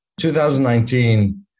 2019